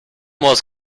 was